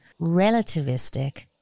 relativistic